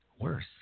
worse